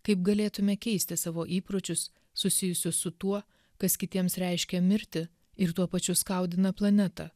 kaip galėtume keisti savo įpročius susijusius su tuo kas kitiems reiškia mirtį ir tuo pačiu skaudina planetą